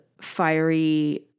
fiery